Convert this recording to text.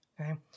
Okay